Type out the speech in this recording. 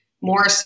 more